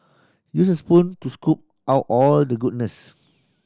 use a spoon to scoop out all the goodness